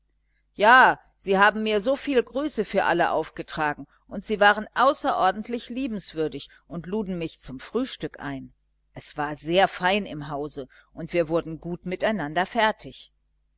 ja sie haben mir so viel grüße für alle aufgetragen und sie waren außerordentlich liebenswürdig und luden mich zum frühstück ein es war sehr fein im hause und wir wurden gut miteinander fertig